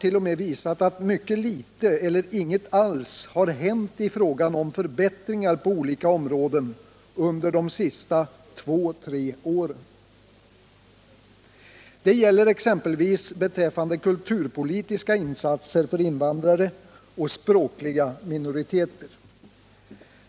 0. m. visat, att mycket litet eller inget alls har hänt i fråga om förbättringar på olika områden under de sista två eller tre åren. Detta gäller exempelvis beträffande kulturpolitiska insatser för invandrare och språkliga minoriteter.